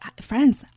Friends